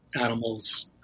animals